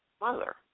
mother